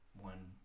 one